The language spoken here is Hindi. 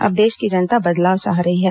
अब देश की जनता बदलाव चाह रही है